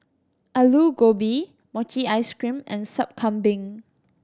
Aloo Gobi mochi ice cream and Sup Kambing